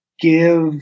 give